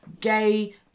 Gay